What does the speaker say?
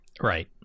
Right